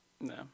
no